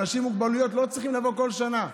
אנשים עם מוגבלויות, לא צריכים לבוא בכל שנה.